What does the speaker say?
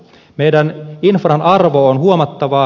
meidän infran arvo on huomattava